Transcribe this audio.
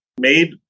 made